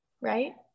right